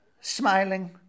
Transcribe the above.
Smiling